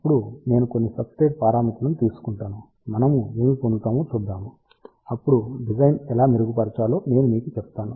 అప్పుడు నేను కొన్ని సబ్స్ట్రేట్ పారామితులను తీసుకుంటాను మనం ఏమి పొందుతామో చూద్దాము అప్పుడు డిజైన్ను ఎలా మెరుగుపరచాలో నేను మీకు చెప్తాను